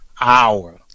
hour